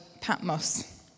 Patmos